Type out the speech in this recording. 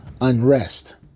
unrest